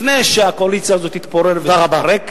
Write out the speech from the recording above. לפני שהקואליציה הזו תתפורר ותתפרק,